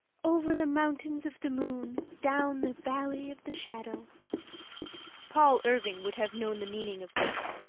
over the mountains of the moon, down the valley of the shadow paul irving would have known the meaning of this,